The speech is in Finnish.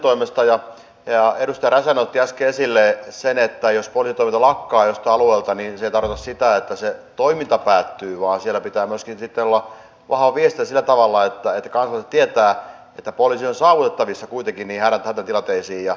edustaja räsänen otti äsken esille sen että jos poliisitoiminta lakkaa joltain alueelta niin se ei tarkoita sitä että se toiminta päättyy vaan siellä pitää myöskin sitten olla vahva viestintä sillä tavalla että kansalaiset tietävät että poliisi on saavutettavissa kuitenkin niihin hätätilanteisiin